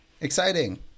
Exciting